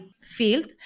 field